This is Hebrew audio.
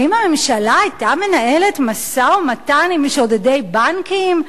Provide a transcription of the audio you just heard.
האם הממשלה היתה מנהלת משא-ומתן עם שודדי בנקים?